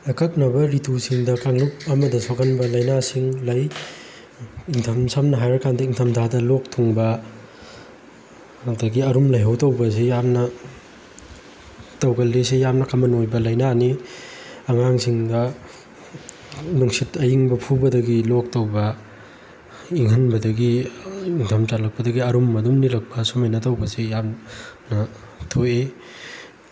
ꯑꯀꯛꯅꯕ ꯔꯤꯇꯨꯁꯤꯡꯗ ꯀꯥꯡꯂꯨꯞ ꯑꯃꯗ ꯁꯣꯛꯍꯟꯕ ꯂꯩꯅꯥꯁꯤꯡ ꯂꯩ ꯁꯝꯅ ꯍꯥꯏꯔꯀꯥꯟꯗ ꯏꯪꯊꯝꯊꯥꯗ ꯂꯣꯛ ꯊꯨꯡꯕ ꯑꯗꯒꯤ ꯑꯔꯨꯝ ꯂꯥꯏꯍꯧ ꯇꯧꯕꯁꯤ ꯌꯥꯝꯅ ꯇꯧꯒꯜꯂꯤ ꯁꯤ ꯌꯥꯝꯅ ꯀꯃꯟ ꯑꯣꯏꯕ ꯂꯩꯅꯥꯅꯤ ꯑꯉꯥꯡꯁꯤꯡꯗ ꯅꯨꯡꯁꯤꯠ ꯑꯏꯕ ꯐꯨꯕꯗꯒꯤ ꯂꯣꯛ ꯇꯧꯕ ꯏꯪꯍꯟꯕꯗꯒꯤ ꯏꯪꯊꯝꯆꯜꯂꯛꯄꯗꯒꯤ ꯑꯔꯨꯝ ꯑꯗꯨꯝ ꯅꯤꯔꯛꯄ ꯁꯨꯃꯥꯏꯅ ꯇꯧꯕꯁꯤ ꯌꯥꯝꯅ ꯊꯣꯛꯏ